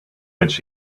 which